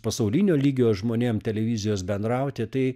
pasaulinio lygio žmonėm televizijos bendrauti tai